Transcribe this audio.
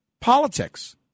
Politics